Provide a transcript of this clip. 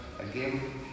again